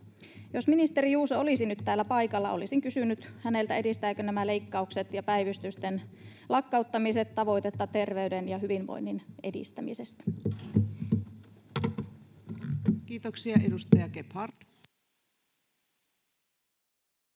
Jos ministeri Juuso olisi nyt täällä paikalla, olisin kysynyt häneltä: edistävätkö nämä leikkaukset ja päivystysten lakkauttamiset tavoitetta terveyden ja hyvinvoinnin edistämisestä? [Speech 116] Speaker: